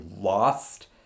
lost